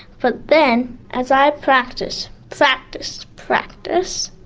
but then as i practice, practice, practice,